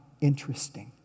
interesting